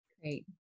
Great